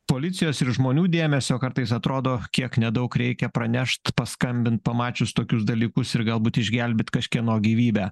policijos ir žmonių dėmesio kartais atrodo kiek nedaug reikia pranešt paskambint pamačius tokius dalykus ir galbūt išgelbėt kažkieno gyvybę